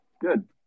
Good